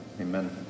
Amen